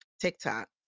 TikTok